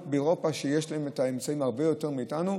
באירופה שיש להן אמצעים הרבה יותר מאיתנו,